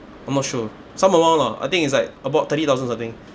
I'm not sure some amount lah I think it's like about thirty thousand something